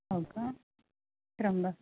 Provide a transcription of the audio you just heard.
हो का त्र्यंबक